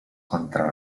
contra